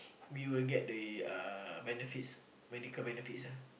we will get the uh benefits medical benefits ah